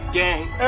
gang